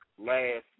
Last